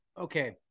Okay